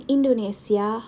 Indonesia